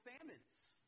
famines